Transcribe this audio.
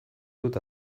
dut